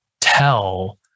tell